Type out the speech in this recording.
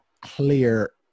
clear